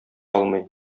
алмый